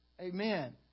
Amen